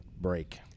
break